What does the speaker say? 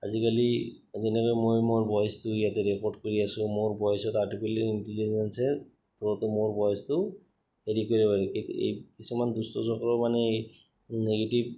আজিকালি যেনেকৈ মই মোৰ ভইচটো ইয়াতে ৰেকৰ্ড কৰি আছোঁ মোৰ ভইচত আৰ্টিফিচিয়েল ইণ্টেলিজেঞ্চ থ্ৰতো মোৰ ভইচটো হেৰি কৰিব পাৰি এই কিছুমান দুষ্ট চক্ৰ মানে এই নিগেটিভ